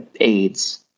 AIDS